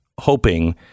hoping